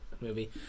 movie